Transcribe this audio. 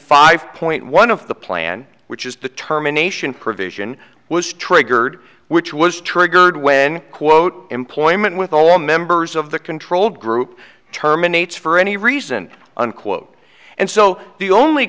five point one of the plan which is determination provision was triggered which was triggered when quote employment with all members of the control group terminates for any reason unquote and so the only